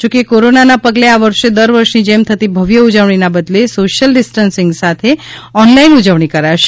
જો કે કોરોનાના પગલે આ વર્ષે દર વર્ષની જેમ થતી ભવ્ય ઉજવણીના બદલે સોશ્યલ ડિસ્ટન્સીંગ સાથે ઓન લાઇન ઉજવણી કરાશે